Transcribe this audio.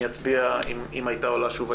אם הייתה עולה שוב,